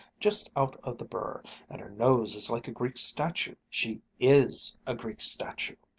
just out of the burr and her nose is like a greek statue she is a greek statue!